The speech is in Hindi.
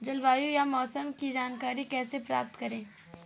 जलवायु या मौसम की जानकारी कैसे प्राप्त करें?